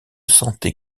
santé